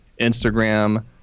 Instagram